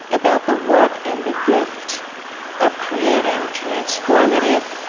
about the work and the gift of creating transformative,